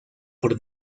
por